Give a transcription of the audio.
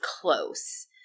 close